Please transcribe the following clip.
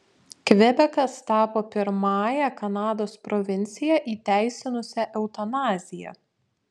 kvebekas tapo pirmąja kanados provincija įteisinusia eutanaziją